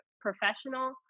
professional